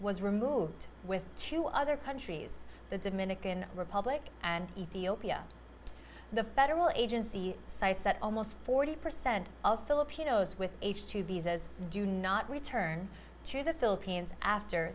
was removed with two other countries the dominican republic and ethiopia the federal agency cites that almost forty percent of filipinos with do not return to the philippines after